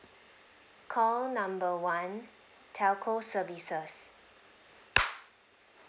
call number one telco services